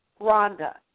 Rhonda